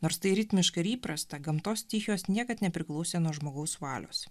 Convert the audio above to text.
nors tai ritmiška ir įprasta gamtos stichijos niekad nepriklausė nuo žmogaus valios